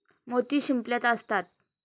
मोती शिंपल्यात असतात